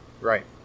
Right